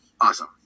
Awesome